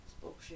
bullshit